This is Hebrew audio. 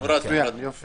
מצוין, יופי.